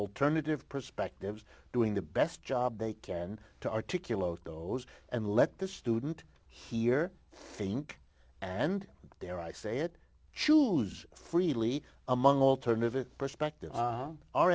alternative perspectives doing the best job they can to articulate those and let the student here think and dare i say it choose freely among alternative perspective